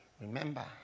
remember